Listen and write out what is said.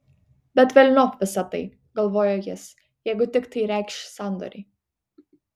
bet velniop visa tai galvojo jis jeigu tik tai reikš sandorį